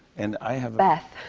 and i have beth.